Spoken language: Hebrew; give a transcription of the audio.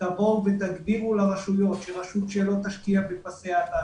תבואו ותגדירו לרשויות שרשות שלא תשקיע בפסי האטה,